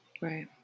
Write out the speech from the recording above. Right